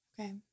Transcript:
Okay